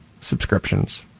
subscriptions